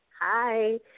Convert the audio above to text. Hi